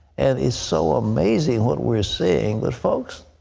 and it's so amazing what we're seeing. but, folks,